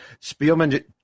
Spielman